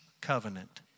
covenant